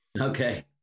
Okay